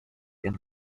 and